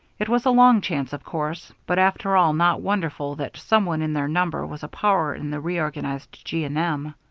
it was a long chance, of course, but after all not wonderful that some one in their number was a power in the reorganized g. and m.